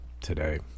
today